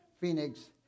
Phoenix